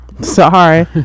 Sorry